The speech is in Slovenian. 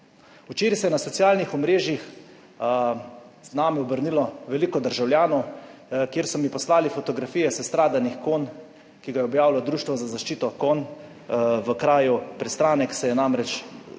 Včeraj se je na socialnih omrežjih z nami obrnilo veliko državljanov, kjer so mi poslali fotografije sestradanih konj, ki ga je objavilo Društvo za zaščito konj. V kraju Prestranek se je namreč dogajalo